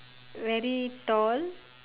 very tall